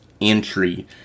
entry